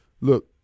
look